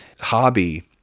hobby